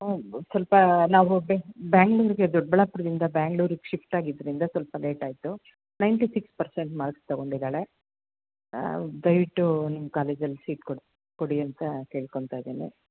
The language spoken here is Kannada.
ಸ್ವಲ್ಪ ನಾವು ಬ್ಯಾಂಗ್ಳೂರ್ಗೆ ದೊಡ್ಡಬಳ್ಳಾಪುರ್ದಿಂದ ಬ್ಯಾಂಗ್ಳೂರಿಗೆ ಶಿಫ್ಟ್ ಆಗಿದ್ದರಿಂದ ಸ್ವಲ್ಪ ಲೇಟ್ ಆಯಿತು ನೈಂಟಿ ಸಿಕ್ಸ್ ಪರ್ಸೆಂಟ್ ಮಾರ್ಕ್ಸ್ ತಗೊಂಡಿದ್ದಾಳೆ ದಯವಿಟ್ಟು ನಿಮ್ಮ ಕಾಲೇಜಲ್ಲಿ ಸೀಟ್ ಕೊಡ್ಸಿ ಕೊಡಿ ಅಂತ ಕೇಳ್ಕೊತಾ ಇದ್ದೀನಿ